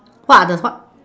what are the what